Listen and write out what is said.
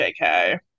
JK